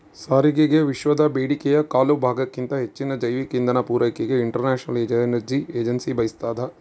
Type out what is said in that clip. ಸಾರಿಗೆಗೆವಿಶ್ವದ ಬೇಡಿಕೆಯ ಕಾಲುಭಾಗಕ್ಕಿಂತ ಹೆಚ್ಚಿನ ಜೈವಿಕ ಇಂಧನ ಪೂರೈಕೆಗೆ ಇಂಟರ್ನ್ಯಾಷನಲ್ ಎನರ್ಜಿ ಏಜೆನ್ಸಿ ಬಯಸ್ತಾದ